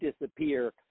disappear